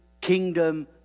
kingdom